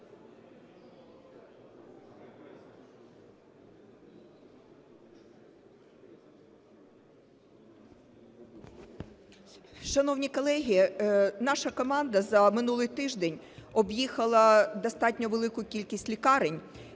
Шановні колеги, наша команда за минулий тиждень об'їхала достатньо велику кількість лікарень,